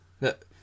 look